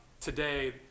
today